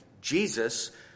Jesus